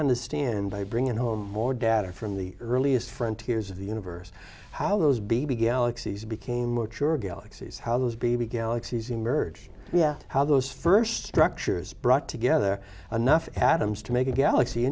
understand by bringing home more data from the earliest frontiers of the universe how those b b galaxies became mature galaxies how those b b galaxies emerged yeah how those first structures brought together enough atoms to make a galaxy